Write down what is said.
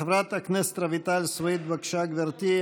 חברת הכנסת רויטל סויד, בבקשה, גברתי.